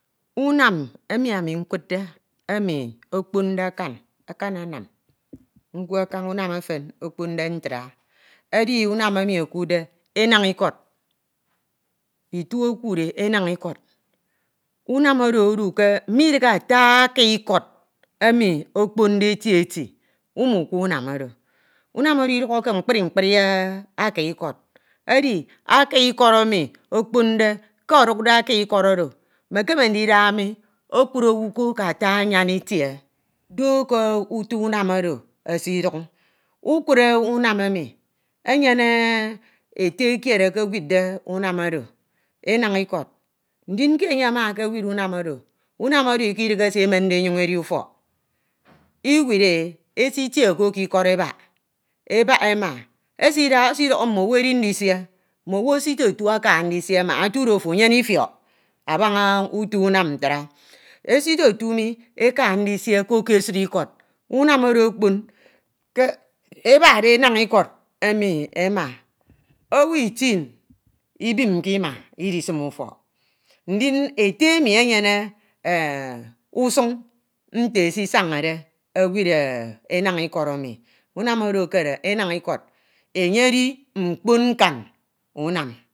Unam emi anu nkudde emi okponde akan, akmanam ntewe kaña unam ejem okponde utra edi unam emi ekuudde enan ikọd, ito ekuud e enan ikọd. Unam oro odu ke midighe ata aki ikod emi ekponde eti eti umukwe unam oro Unam oro idukho ke mkpri mrpri aki ikọd edi aki ikọd eme okponde, ke edukde aki ikọd oro emekeme ndida mi okud owu ko ke ata ayan itie do ke uto unam oro esidum ukud unam emi enyene ete kied ekewidde unam oro enan ikọd, ndin ke enye ama ekewied unam oro unam oro ikidighe se emeode enyoñ edi ufọk. Iwid e esitie ke ke ikọd ebak, ebak ema esidoho mme ewu edi ndisie, mme esitetu ata ndisie mbak etudo ofo enyene abaña uto unam ntra Esitetu mi eka ndisie ko ke esid ikọd unam oro okpon, ke ebakde enan ikọd emi ema, owu itin ibimke ima idisim ufọk, udin ete mi enyene usun nte esisañade ewid enan emi unan oro ekere enan ikod, enye edi mkpon nkan unan. Itie emi nkekudde unum ikod emi edi mi ke itọ ke ito owu emi ekewidde e ekewia e ke aki ikọd emi ekaudde aki ikọd edenndu, aki ikọd oro ekere edenndu, mi emi nkekudde e, widde unam ini oro nkeman ndito iba kaña, nkenyun ndi idaba idaba eyein awon emi amande ndito iba. Ndin ke ini nkipde mbaña ete ke ete oro ewid unam oro ke aki ikọd eden ndu, ami mma nkiene nka ndisie mme owu ema enyuñ ekiene edi ndisie mkpo emi edi ke idaha ini emi ndide eyuñ owan isua edip ma dup ke mkpo emi eketibe. isua